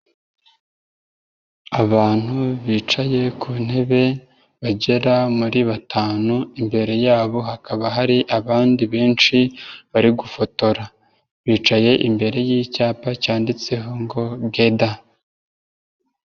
Abantu bicaye ku ntebe bagera muri batanu, imbere yabo hakaba hari abandi benshi bari gufotora. Bicaye imbere y'icyapa cyanditseho ngo geda.